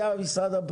ממשלה.